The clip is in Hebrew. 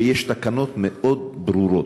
כשיש תקנות מאוד ברורות.